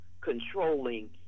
controlling